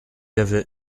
avait